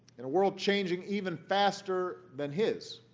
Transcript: in a world changing even faster than his,